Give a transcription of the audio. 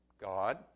God